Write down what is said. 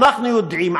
אנחנו יודעים,